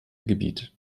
gebiet